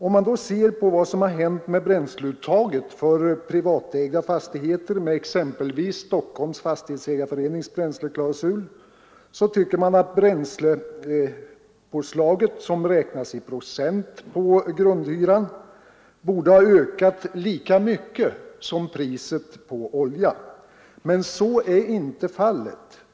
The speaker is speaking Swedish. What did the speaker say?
Om man då ser på vad som hänt med bränsleuttaget för privatägda fastigheter med exempelvis Stockholms fastighetsägareförenings bränsleklausul, så tycker man att bränslepåslaget — som räknas i procent på grundhyran — borde ha ökat lika mycket som priset på olja. Men så är inte fallet.